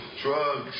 Drugs